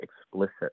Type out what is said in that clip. explicit